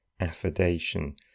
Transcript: affidation